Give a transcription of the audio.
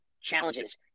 challenges